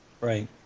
Right